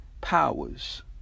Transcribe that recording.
powers